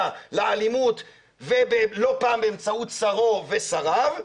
לאלימות ולא פעם באמצעות שרו ושריו,